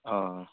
ꯑꯥ